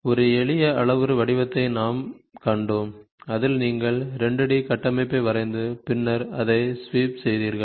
ஒரு எளிய அளவுரு வடிவத்தையும் நாம் கண்டோம் அதில் நீங்கள் 2 D கட்டமைப்பை வரைந்து பின்னர் அதை ஸ்வீப் செய்தீர்கள்